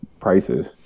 prices